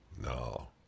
No